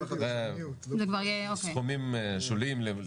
אלה סכומים שוליים.